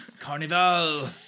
Carnival